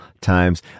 times